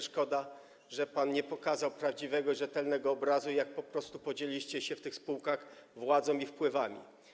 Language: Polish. Szkoda, że pan nie pokazał prawdziwego i rzetelnego obrazu, jak po prostu podzieliliście się w tych spółkach władzą i wpływami.